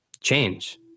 change